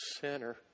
sinner